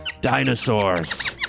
dinosaurs